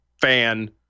fan